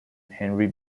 henry